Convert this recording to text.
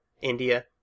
India